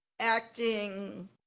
acting